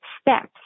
steps